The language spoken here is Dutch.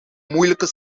moeilijke